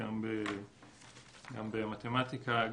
גם במתמטיקה,